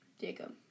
Jacob